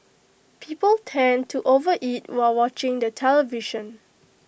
people tend to overeat while watching the television